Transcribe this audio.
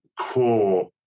core